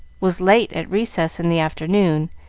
was late at recess in the afternoon,